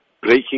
breaking